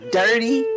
dirty